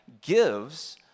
gives